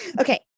Okay